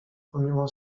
pomimo